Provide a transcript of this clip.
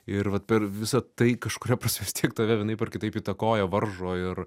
ir vat per visą tai kažkuria prasme vis tiek tave vienaip ar kitaip įtakoja varžo ir